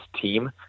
team